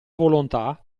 volontà